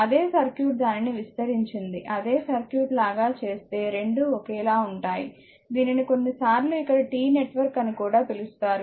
అదే సర్క్యూట్ దానిని విస్తరించి అదే సర్క్యూట్ లాగా చేస్తే రెండూ ఒకేలా ఉంటాయి దీనిని కొన్నిసార్లు ఇక్కడ T నెట్వర్క్ అని కూడా పిలుస్తారు